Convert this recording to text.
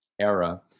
era